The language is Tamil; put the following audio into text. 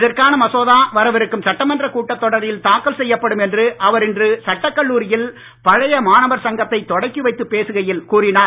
இதற்கான மசோதா வரவிருக்கும் சட்டமன்ற கூட்டத்தொடரில் தாக்கல் செய்யப்படும் என்று அவர் இன்று சட்டக் கல்லூரியில் பழைய மாணவர் சங்கத்தை தொடங்கி வைத்து பேசுகையில் கூறினார்